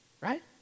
Right